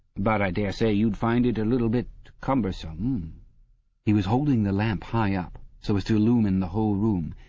but i dare say you'd find it a little bit cumbersome he was holdlng the lamp high up, so as to illuminate the whole room,